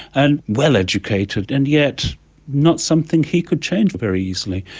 and well educated, and yet not something he could change very easily.